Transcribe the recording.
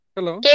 Hello